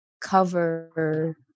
cover